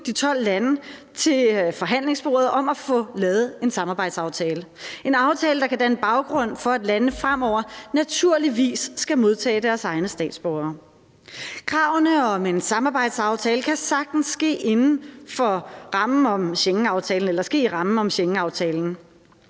de 12 lande til forhandlingsbordet om at få lavet en samarbejdsaftale – en aftale, der kan danne baggrund for, at landene fremover naturligvis skal modtage deres egne statsborgere. Kravene om en samarbejdsaftale kan sagtens ske inden for rammen af Schengenaftalen.